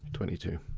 twenty two.